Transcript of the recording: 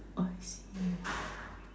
I see